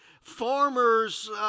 farmer's